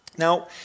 Now